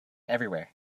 everywhere